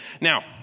Now